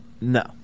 No